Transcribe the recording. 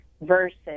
versus